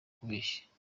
kubeshya